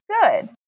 good